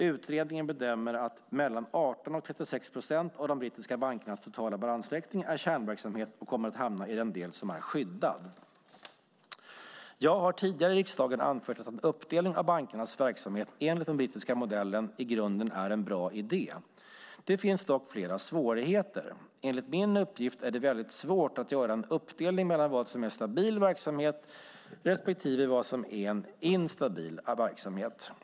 Utredningen bedömer att mellan 18 och 36 procent av de brittiska bankernas totala balansräkning är kärnverksamhet och kommer att hamna i den del som är skyddad. Jag har tidigare i riksdagen anfört att en uppdelning av bankernas verksamhet, enligt den brittiska modellen, i grunden är en bra idé. Det finns dock flera svårigheter. Enligt min uppfattning är det väldigt svårt att göra en uppdelning mellan vad som är stabil verksamhet respektive vad som är en instabil verksamhet.